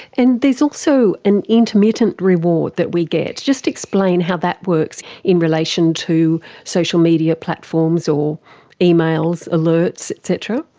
and there's also an intermittent reward that we get. just explain how that works in relation to social media platforms or emails alerts et cetera.